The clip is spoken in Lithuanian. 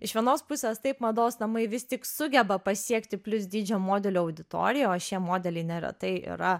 iš vienos pusės taip mados namai vis tik sugeba pasiekti plius dydžio modelių auditoriją o šie modeliai neretai yra